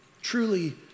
Truly